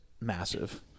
massive